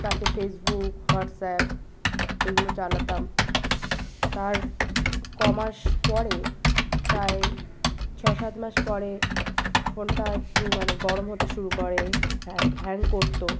তাতে Facebook WhatsApp এগুলো চালাতাম তার কমাস পরে প্রায় ছ সাত মাস পরে ফোনটা একটু মানে গরম হতে শুরু করে হ্যাং করত